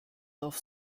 auf